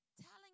telling